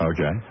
Okay